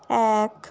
এক